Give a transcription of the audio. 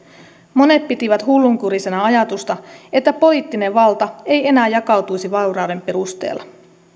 monet pitivät hullunkurisena ajatusta että poliittinen valta ei enää jakautuisi vaurauden perusteella